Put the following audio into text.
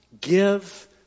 give